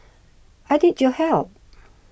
I need your help